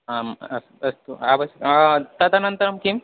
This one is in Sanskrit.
आम् अस्तु अस्तु अवश्यम् आं तदनन्तरं किम्